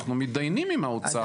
אנחנו מתדיינים עם האוצר.